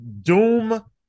Doom